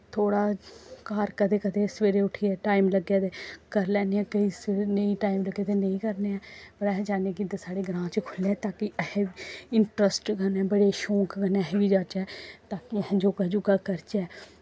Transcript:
थोह्ड़ा घर कदें कदें सवेरे उट्ठियै टाईम लग्गै ते करी लैन्ने आं नेईं टाईम लग्गै ते नेईं करने आं पर अस चाह्न्ने आं कि इद्धर साढ़े ग्रांऽ खुल्लै ताकि अहें बी इंट्रस्ट कन्नै बड़े शौंक कन्नै अस बी जाच्चै ताकि अस योग यूगा करचै